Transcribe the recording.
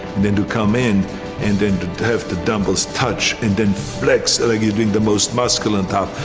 then to come in and then to have the dumbbells touch and then flex like you're doing the most muscular on top,